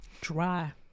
Dry